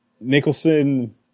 Nicholson